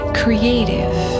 creative